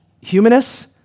humanists